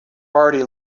already